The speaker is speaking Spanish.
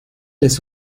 les